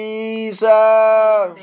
Jesus